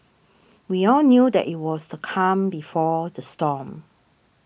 we all knew that it was the calm before the storm